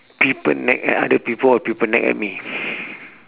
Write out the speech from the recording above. people nag at other people or people nag at me